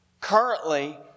Currently